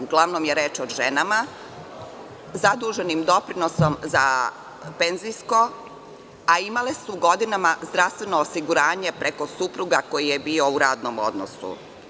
Uglavnom je reč o ženama zaduženim doprinosom za penzijsko, a imale su godinama zdravstveno osiguranje preko supruga koji je bio u radnom odnosu.